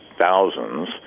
thousands